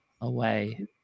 away